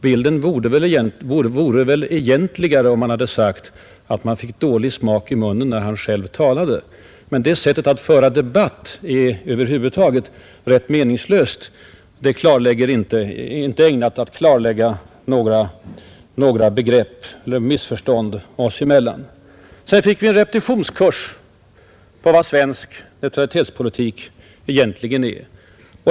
Bilden hade väl varit egentligare om han hade sagt att han fick dålig smak i munnen när han själv talade, Det sättet att föra debatt är rätt meningslöst. Det är inte ägnat att rätta till eventuella missförstånd, Sedan fick vi en repetitionskurs i vad svensk neutralitetspolitik egentligen är.